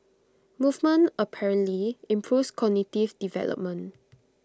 movement apparently improves cognitive development